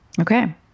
Okay